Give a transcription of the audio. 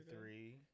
three